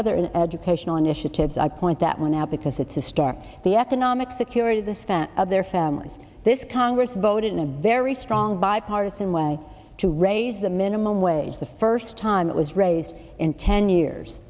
other in educational initiatives i point that one out because it's a start the economic security the span of their families this congress voted in a very strong bipartisan way to raise the minimum wage the first time it was raised in ten years